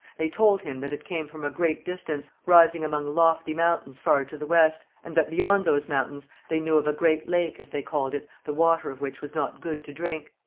they told him that it came from a great distance, rising among lofty mountains far to the west, and that beyond those mountains they knew of a great lake, as they called it, the water of which was not good to drink.